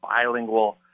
bilingual